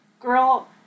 girl